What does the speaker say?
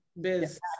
Biz